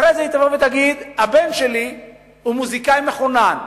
אחרי זה היא תבוא ותגיד: הבן שלי הוא מוזיקאי מחונן,